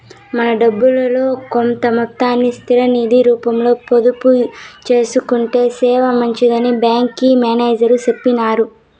మన డబ్బుల్లో కొంత మొత్తాన్ని స్థిర నిది రూపంలో పొదుపు సేసుకొంటే సేనా మంచిదని బ్యాంకి మేనేజర్ సెప్పినారు